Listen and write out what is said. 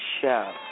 show